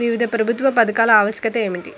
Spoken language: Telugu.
వివిధ ప్రభుత్వా పథకాల ఆవశ్యకత ఏమిటి?